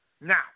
Now